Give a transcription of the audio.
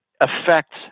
affects